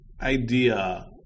idea